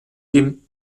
dem